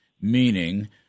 meaning